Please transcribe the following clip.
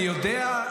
אני יודע,